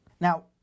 Now